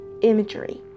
imagery